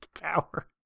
power